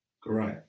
Great